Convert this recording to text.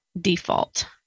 default